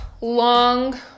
long